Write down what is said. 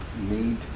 need